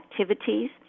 activities